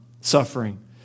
suffering